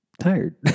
tired